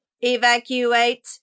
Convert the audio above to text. evacuate